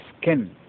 skin